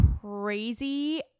crazy